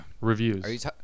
reviews